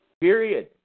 Period